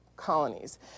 Colonies